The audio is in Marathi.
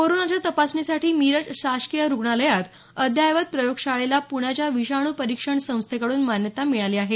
कोरोनाच्या तपासणी साठी मिरज शासकीय रुग्णालयात अद्ययावत प्रयोग शाळेला प्ण्याच्या विषाणू परीक्षण संस्थेकडून मान्यता मिळाली आहे